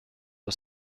for